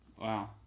wow